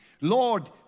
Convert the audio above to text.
Lord